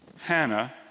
Hannah